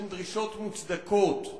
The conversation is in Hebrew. הן דרישות מוצדקות.